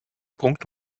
punkt